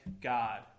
God